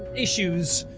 issues.